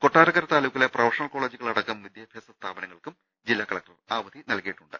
കൊട്ടാരക്കര താലൂക്കിലെ പ്രൊഫഷണൽ കോളേജുകൾ അടക്കം വിദ്യാഭ്യാസ സ്ഥാപനങ്ങൾക്കും ജില്ലാ കളക്ടർ അവധി നൽകിയി ട്ടുണ്ട്